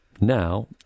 Now